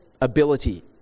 ability